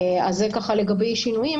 זה לגבי שינויים.